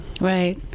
Right